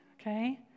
okay